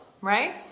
right